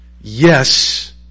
Yes